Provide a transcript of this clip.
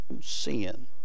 sin